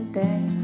day